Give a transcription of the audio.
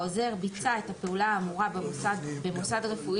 העוזר ביצע את הפעולה האמורה במוסד רפואי